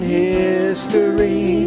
history